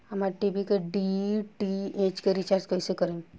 हमार टी.वी के डी.टी.एच के रीचार्ज कईसे करेम?